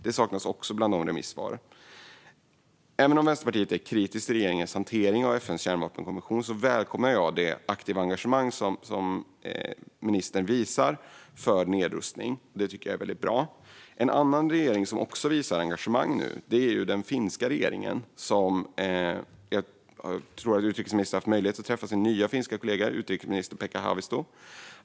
Det saknas bland remissvaren. Även om Vänsterpartiet är kritiskt till regeringens hantering av FN:s kärnvapenkonvention välkomnar jag det aktiva engagemang som ministern visar för nedrustning. Det tycker jag är väldigt bra. En annan regering som också visar engagemang nu är den finska. Jag tror att utrikesministern har haft möjlighet att träffa sin nya finska kollega, utrikesminister Pekka Haavisto.